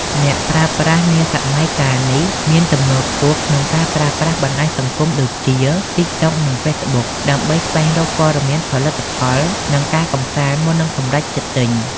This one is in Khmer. អ្នកប្រើប្រាស់នាសម័យកាលនេះ មានទំនោរខ្ពស់ក្នុងការប្រើប្រាស់បណ្ដាញសង្គមដូចជា TikTok និង Facebook ដើម្បីស្វែងរកព័ត៌មានផលិតផល និងការកម្សាន្តមុននឹងសម្រេចចិត្តទិញ។